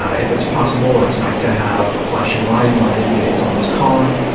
ah if it's possible it's nice to have a flashing light in order to indicate someone's calling.